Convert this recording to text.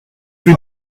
rue